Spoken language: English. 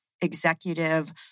executive